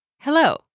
hello